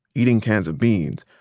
eating cans of beans,